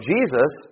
Jesus